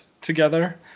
together